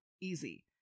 easy